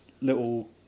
little